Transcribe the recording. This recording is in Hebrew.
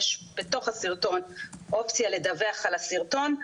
יש בתוך הסרטון אופציה לדווח על הסרטון,